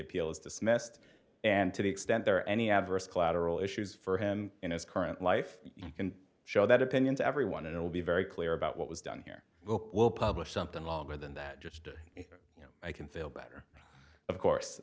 appeal is dismissed and to the extent there any adverse collateral issues for him in his current life you can show that opinion to everyone and it will be very clear about what was done here will publish something longer than that just you know i can feel better of course